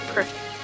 Perfect